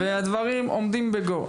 והדברים עומדים בגו.